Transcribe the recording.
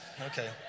Okay